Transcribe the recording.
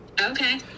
Okay